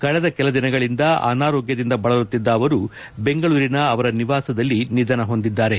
ಕಳೆದ ಕೆಲದಿನಗಳಿಂದ ಅನಾರೋಗ್ಭದಿಂದ ಬಳಲುತ್ತಿದ್ದ ಅವರು ಬೆಂಗಳೂರಿನ ಅವರ ನಿವಾಸದಲ್ಲಿ ನಿಧನ ಹೊಂದಿದ್ದಾರೆ